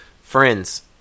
Friends